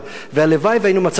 והלוואי שהיינו במצב אחר,